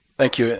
thank you.